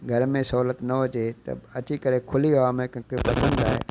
घर में सहुलियत न हुजे त अची करे खुली हवा में कंहिंखें पसंदि आहे